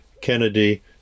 Kennedy